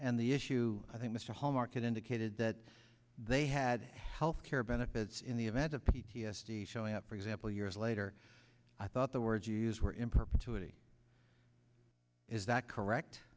and the issue i think mr hallmark it indicated that they had health care benefits in the event of p t s d showing up for example years later i thought the words you use were in perpetuity is that correct